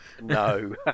No